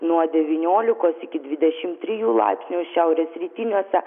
nuo devyniolikos iki dvidešim trijų laipsnių šiaurės rytiniuose